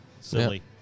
silly